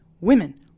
women